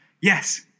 yes